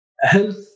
health